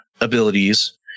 abilities